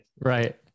right